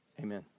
Amen